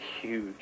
huge